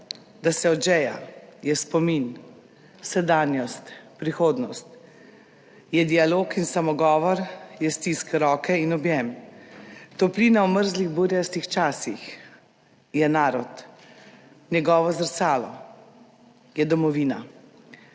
Da se odžeja. Je spomin. Sedanjost. Prihodnost. /…/ Je dialog in samogovor, je stisk roke in objem. Toplina v mrzlih burjastih časih. Je narod. Njegovo zrcalo. Je domovina.«